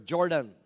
Jordan